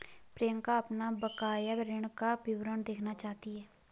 प्रियंका अपना बकाया ऋण का विवरण देखना चाहती है